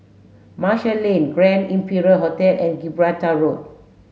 Marshall Lane Grand Imperial Hotel and Gibraltar Road